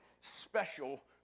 special